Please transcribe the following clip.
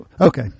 Okay